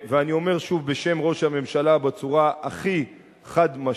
ואני אומר שוב בשם ראש הממשלה בצורה הכי חד-משמעית: